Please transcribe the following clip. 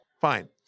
Fine